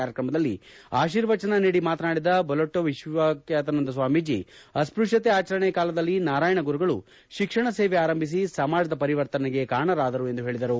ಕಾರ್ಯಕ್ರಮದಲ್ಲಿ ಆಶೀರ್ವಚನ ನೀಡಿ ಮಾತನಾಡಿದ ಬಲ್ಲೊಟ್ಟು ವಿಖ್ಞಾತನಂದ ಸ್ವಾಮೀಜಿ ಅಸ್ಪಶ್ಣತೆ ಆಚರಣೆ ಕಾಲದಲ್ಲಿ ನಾರಾಯಣ ಗುರುಗಳು ಶಿಕ್ಷಣ ಸೇವೆ ಆರಂಭಿಸಿ ಸಮಾಜದ ಪರಿವರ್ತನೆಗೆ ಕಾರಣರಾದರು ಎಂದು ಹೇಳಿದರು